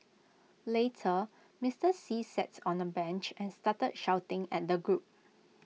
later Mister see sats on A bench and started shouting at the group